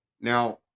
Now